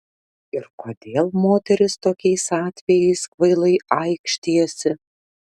ir kodėl moterys tokiais atvejais kvailai aikštijasi